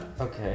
Okay